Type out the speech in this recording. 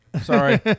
Sorry